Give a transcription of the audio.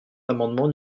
l’amendement